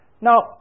Now